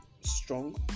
strong